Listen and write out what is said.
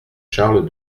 charles